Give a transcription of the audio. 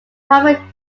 primary